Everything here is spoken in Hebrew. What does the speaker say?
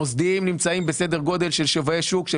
המוסדיים נמצאים בסדר גודל שווי שוק של